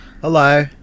Hello